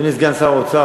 אדוני סגן שר האוצר,